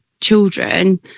children